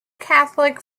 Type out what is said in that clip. catholic